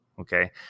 Okay